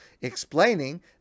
explaining